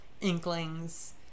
Inklings